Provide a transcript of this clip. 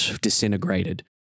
disintegrated